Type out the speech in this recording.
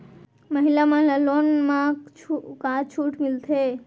महिला मन ला लोन मा का छूट मिलथे?